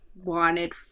wanted